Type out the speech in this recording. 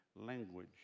language